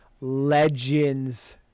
Legends